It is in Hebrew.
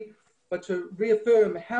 אבל לגבי מה